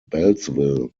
beltsville